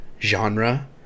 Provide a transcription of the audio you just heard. genre